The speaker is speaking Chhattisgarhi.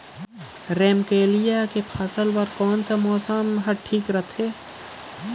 रमकेलिया के फसल बार कोन सा मौसम हवे ठीक रथे?